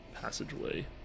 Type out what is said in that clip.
Passageway